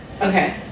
Okay